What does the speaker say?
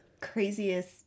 craziest